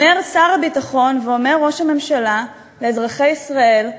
אומר שר הביטחון ואומר ראש הממשלה לאזרחי ישראל: